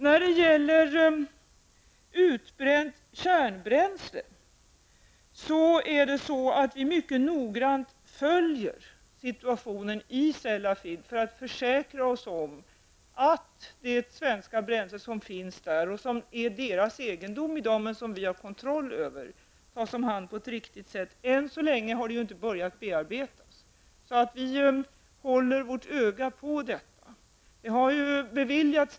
När det gäller utbränt kärnbränsle vill jag säga att vi mycket noggrant följer situationen i Sellafield för att försäkra oss om att det svenska bränsle som finns där, och som i dag är deras egendom men som vi har kontroll över, tas om hand på ett riktigt sätt. Än så länge har avfallet inte börjat bearbetas. Vi håller alltså vårt öga på detta.